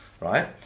right